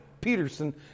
Peterson